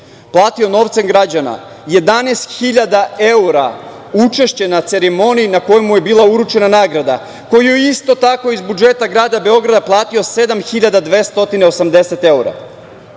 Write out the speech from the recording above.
platio novcem građana 11.000 evra učešće na ceremoniji na kojoj mu je bila uručena nagrada, koju je isto tako iz budžeta grada Beograda platio 7.280 evra.